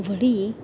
વળી